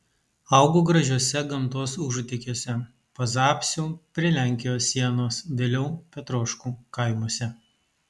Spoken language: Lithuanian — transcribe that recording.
augo gražiuose gamtos užutekiuose pazapsių prie lenkijos sienos vėliau petroškų kaimuose